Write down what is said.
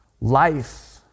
Life